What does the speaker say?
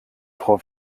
frau